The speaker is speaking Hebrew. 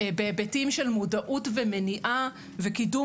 בהיבטים של מודעות ומניעה וקידום